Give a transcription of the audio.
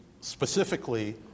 specifically